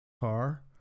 Car